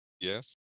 Yes